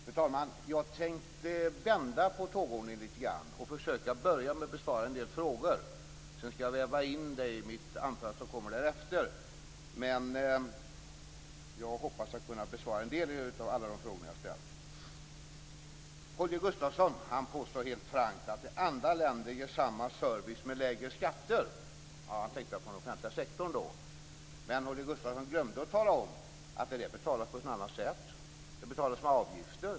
Fru talman! Jag tänkte vända på tågordningen och börja med att försöka besvara en del frågor. Jag skall väva in det i mitt anförande därefter. Men jag hoppas kunna besvara en del av alla de frågor som ställts. Holger Gustafsson påstår helt frankt att andra länder ger samma service med lägre skatter. Han tänkte på den offentliga sektorn. Men Holger Gustafsson glömde att tala om att det där betalas på ett annat sätt. Det betalas genom avgifter.